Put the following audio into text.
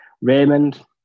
Raymond